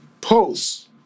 posts